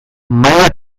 maila